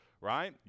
right